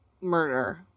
murder